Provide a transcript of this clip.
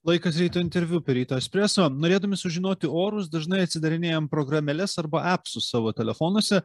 laikas ryto interviu per ryto espreso norėdami sužinoti orus dažnai atsidarinėjam programėles arba apsus savo telefonuose